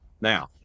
Now